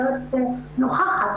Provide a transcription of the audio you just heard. נוכחת.